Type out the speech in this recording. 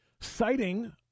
citing